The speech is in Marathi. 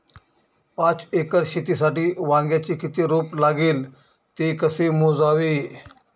पाच एकर शेतीसाठी वांग्याचे किती रोप लागेल? ते कसे मोजावे?